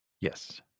Yes